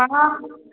हाँ